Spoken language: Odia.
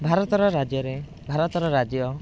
ଭାରତର ରାଜ୍ୟରେ ଭାରତର ରାଜ୍ୟ